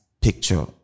picture